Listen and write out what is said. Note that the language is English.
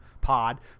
pod